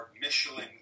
Michelin